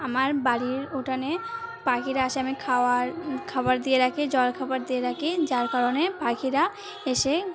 আমার বাড়ির উঠানে পাখিরা আসে আমি খাওয়ার খাবার দিয়ে রাখি জলখাবার দিয়ে রাখি যার কারণে পাখিরা এসে